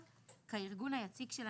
בסופו יבוא "אגף שיקום נכים"